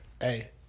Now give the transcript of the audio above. Hey